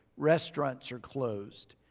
restaurants are closed.